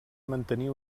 mantenir